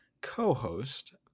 co-host